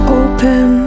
open